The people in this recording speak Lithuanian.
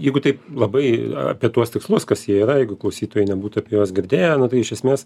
jeigu taip labai apie tuos tikslus kas jie yra jeigu klausytojai nebūtų apie juos girdėję tai iš esmės